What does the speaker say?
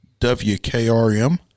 WKRM